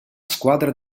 squadra